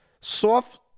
Soft